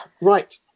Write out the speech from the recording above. Right